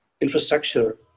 infrastructure